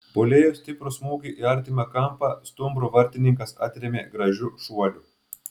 puolėjo stiprų smūgį į artimą kampą stumbro vartininkas atrėmė gražiu šuoliu